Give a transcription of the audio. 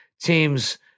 teams